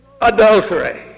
adultery